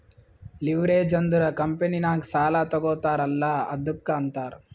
leverage ಅಂದುರ್ ಕಂಪನಿನಾಗ್ ಸಾಲಾ ತಗೋತಾರ್ ಅಲ್ಲಾ ಅದ್ದುಕ ಅಂತಾರ್